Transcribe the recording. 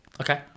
Okay